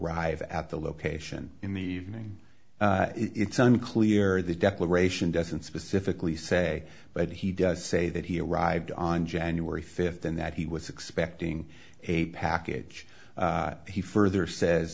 e at the location in the evening it's unclear the declaration doesn't specifically say but he does say that he arrived on january th and that he was expecting a package he further says